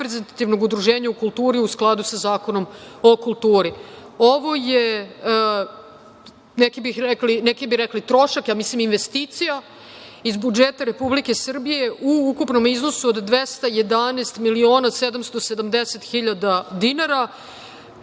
reprezentativnog udruženja u kulturi u skladu sa Zakonom o kulturi. Ovo je, neki bi rekli trošak, ja mislim investicija iz budžeta Republike Srbije u ukupnom iznosu od 211 miliona 770 hiljada dinara.